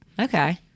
Okay